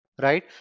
Right